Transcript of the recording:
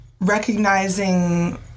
recognizing